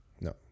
No